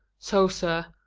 so, sir,